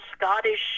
Scottish